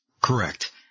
Correct